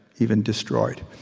even destroyed.